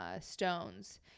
stones